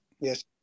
Yes